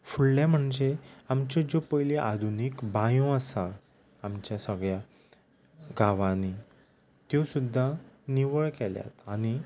फुडलें म्हणजे आमच्यो ज्यो पयलीं आधुनीक बांयो आसा आमच्या सगळ्या गांवानी त्यो सुद्दां निवळ केल्यात आनी